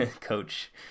coach